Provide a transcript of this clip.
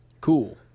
cool